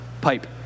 Pipe